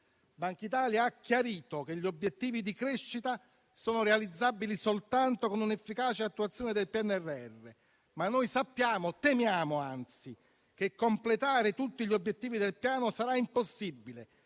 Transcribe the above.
Bankitalia ha chiarito che gli obiettivi di crescita sono realizzabili soltanto con un'efficace attuazione del PNRR. Ma noi sappiamo - anzi, temiamo - che completare tutti gli obiettivi del Piano sarà impossibile